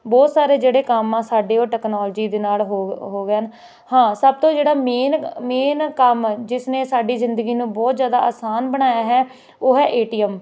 ਬਹੁਤ ਸਾਰੇ ਜਿਹੜੇ ਕੰਮ ਆ ਸਾਡੇ ਉਹ ਟੈਕਨੋਲਜੀ ਦੇ ਨਾਲ ਹੋ ਹੋ ਗਏ ਹਨ ਹਾਂ ਸਭ ਤੋਂ ਜਿਹੜਾ ਮੇਨ ਮੇਨ ਕੰਮ ਜਿਸ ਨੇ ਸਾਡੀ ਜ਼ਿੰਦਗੀ ਨੂੰ ਬਹੁਤ ਜ਼ਿਆਦਾ ਆਸਾਨ ਬਣਾਇਆ ਹੈ ਉਹ ਹੈ ਏ ਟੀ ਐਮ